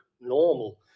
normal